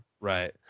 right